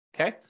okay